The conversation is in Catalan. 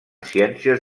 ciències